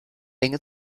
enge